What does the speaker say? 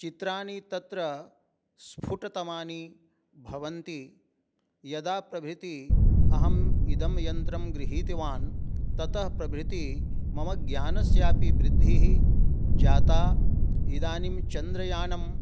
चित्राणि तत्र स्फुटतमानि भवन्ति यदा प्रभृतिः अहम् इदं यन्त्रं गृहीतवान् ततः प्रभृति मम ज्ञानस्यापि वृद्धिः जाता इदानीं चन्द्रयानं